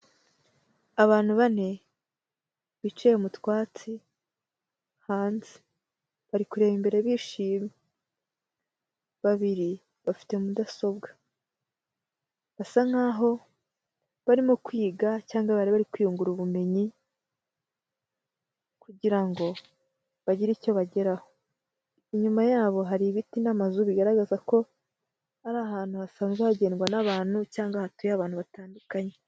Abantu bane bicaye mu twatsi hanze, bari kureba imbere bishimye, babiri bafite mudasobwa basa nkaho barimo kwiga cyangwa bari bari kwiyungura ubumenyi kugira ngo bagire icyo bageraho, inyuma yabo hari ibiti n'amazu bigaragaza ko ari ahantu hasanzwe hagendwa n'abantu cyangwa hatuye abantu batandukanye.